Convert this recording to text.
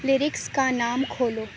lyrics کا نام کھولو